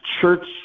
church